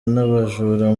n’abajura